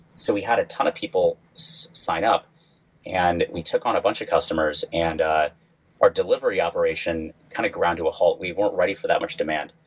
so we had a ton of people sign up and we took on a bunch of customers and our delivery operation kind of grind to a halt. we weren't ready for that much demand.